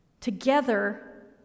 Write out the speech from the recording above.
Together